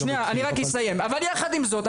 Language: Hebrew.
אבל יחד עם זאת,